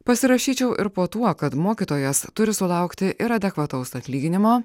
pasirašyčiau ir po tuo kad mokytojas turi sulaukti ir adekvataus atlyginimo